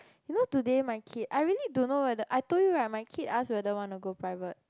you know today my kid I really don't know whether~ I told you right my kid asked whether want to go private